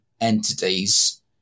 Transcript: entities